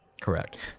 correct